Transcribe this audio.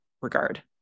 regard